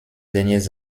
dernières